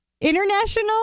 International